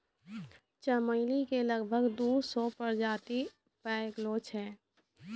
चमेली के लगभग दू सौ प्रजाति पैएलो जाय छै